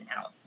out